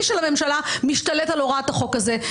של הממשלה משתלט על הוראת החוק הזה.